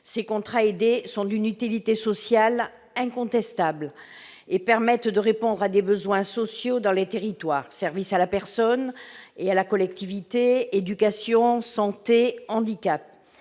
Les contrats aidés sont d'une utilité sociale incontestable en permettant de répondre à des besoins sociaux dans les territoires : services à la personne et à la collectivité, éducation, santé, handicap.